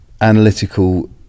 analytical